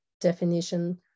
definition